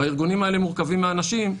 והארגונים האלה מורכבים מאנשים,